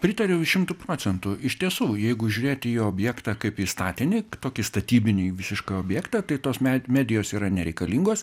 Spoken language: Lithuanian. pritariau šimtu procentų iš tiesų jeigu žiūrėti į objektą kaip į statinį tokį statybinį visišką objektą tai tos me medijos yra nereikalingos